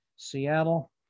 Seattle